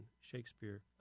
Shakespeare